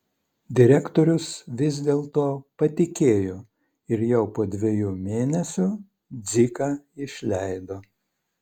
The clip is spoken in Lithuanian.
direktorius vis dėl to patikėjo ir jau po dviejų mėnesių dziką išleido